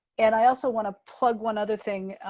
and i also want to plug one other thing,